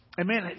Amen